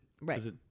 Right